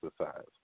exercise